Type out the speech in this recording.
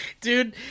dude